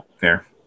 Fair